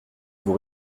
vous